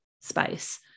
space